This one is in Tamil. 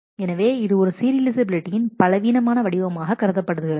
எனவே இது ஒரு சீரியலைஃசபிலிட்டியின் பலவீனமான வடிவமாகக் கருதப்படுகிறது